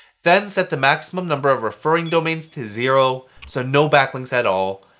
then set the maximum number of referring domains to zero, so no backlinks at all,